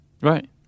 Right